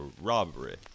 robbery